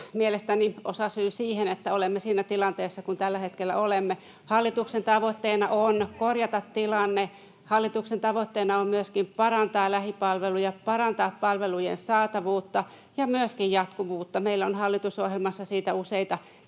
mielestäni osasyy siihen, että olemme siinä tilanteessa kuin tällä hetkellä olemme. Hallituksen tavoitteena on korjata tilanne. Hallituksen tavoitteena on myöskin parantaa lähipalveluja ja parantaa palvelujen saatavuutta ja myöskin jatkuvuutta. Meillä on hallitusohjelmassa siitä useita